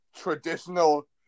traditional